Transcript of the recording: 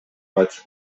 кайтыш